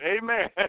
Amen